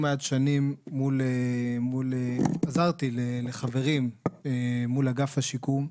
שנים עזרתי לחברים מול אגף השיקום.